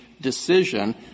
decision